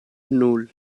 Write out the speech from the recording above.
nul